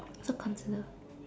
so consider